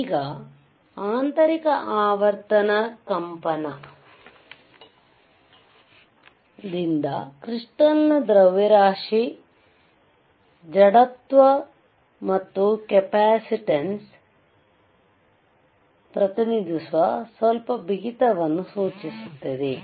ಈಗ ಆಂತರಿಕ ಆವರ್ತನ ಕಂಪನದಿಂದ ಕ್ರಿಸ್ಟಾಲ್ ನ ದ್ರವ್ಯರಾಶಿ ಜಡತ್ವ ಮತ್ತು ಕೆಪಾಸಿಟನ್ಸ್ C ಪ್ರತಿನಿಧಿಸುವ ಸ್ವಲ್ಪ ಬಿಗಿತವನ್ನು ಸೂಚಿಸುತ್ತದೆ